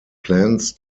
plans